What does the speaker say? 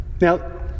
Now